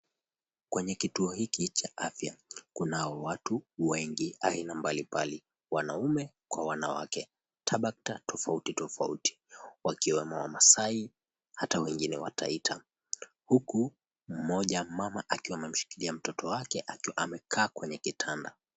Kwenye kituo hiki cha afya, kunao watu wengi aina mbalimbali, wanaume kwa wanawake, tabaka tofauti tofauti, wakiwemo wamasai hata wengine wataita. Huku mmoja mama akiwa amemshikilia mtoto wake akiwa amekaa kwenye kitanda.